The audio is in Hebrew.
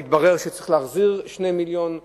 שהתברר שאולי צריך להחזיר 2 מיליוני תרופות,